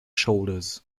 shoulders